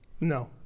No